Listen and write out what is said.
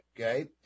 okay